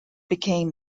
became